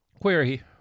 Query